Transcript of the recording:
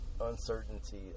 uncertainty